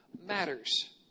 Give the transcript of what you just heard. matters